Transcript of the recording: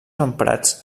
emprats